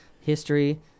history